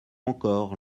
encore